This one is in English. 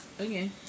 Okay